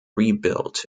rebuilt